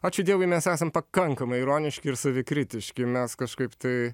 ačiū dievui mes esam pakankamai ironiški ir savikritiški mes kažkaip tai